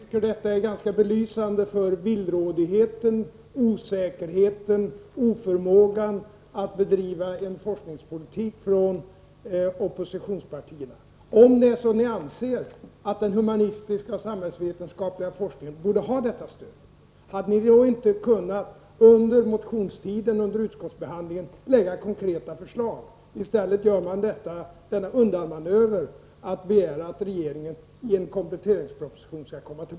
Herr talman! Jag tycker att detta är ganska belysande för villrådigheten, osäkerheten och oförmågan hos oppositionspartierna i deras sätt att bedriva forskningspolitik. Om ni anser att den humanistiska och samhällsvetenskapliga forskningen borde ha detta stöd, hade ni då inte under motionstiden och under utskottsbehandlingen kunnat lägga fram konkreta förslag härom? I stället gör ni en undanmanöver och begär att regeringen skall komma tillbaka i en kompletteringsproposition.